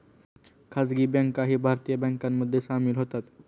खासगी बँकाही भारतीय बँकांमध्ये सामील होतात